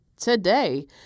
today